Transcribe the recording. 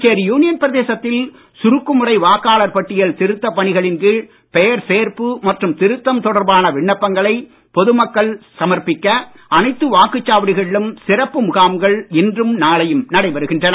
Puducherry union பிரதேசத்தில் சுருக்குமுறை வாக்காளர் பட்டியல் திருத்தப் பணிகளின் கீழ் பெயர் சேர்ப்பு மற்றும் திருத்தம் தொடர்பான விண்ணப்பங்களை பொது மக்கள் சமர்ப்பிக்க அனைத்து வாக்குச் சாவடிகளிலும் சிறப்பு முகாம்கள் இன்றும் நாளையும் நடைபெறுகின்றன